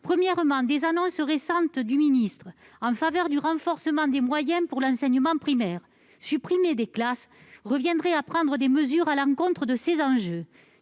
d'abord, des annonces récentes du ministre en faveur du renforcement des moyens pour l'enseignement primaire. Supprimer des classes reviendrait à prendre des mesures allant à l'encontre de ces objectifs.